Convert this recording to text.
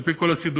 על-פי כל הסידורים,